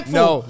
no